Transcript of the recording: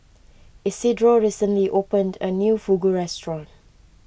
Isidro recently opened a new Fugu restaurant